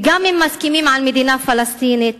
וגם אם מסכימים על מדינה פלסטינית,